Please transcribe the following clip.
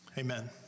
amen